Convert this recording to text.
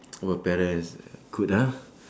our parents good ah